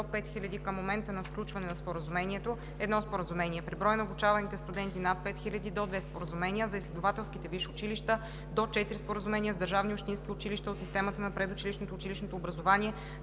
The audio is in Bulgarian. до 5000 към момента на сключване на споразумението – едно споразумение, при брой на обучаваните студенти над 5000 – до две споразумения, а за изследователските висши училища – до 4 споразумения с държавни и общински училища от системата на предучилищното и училищното образование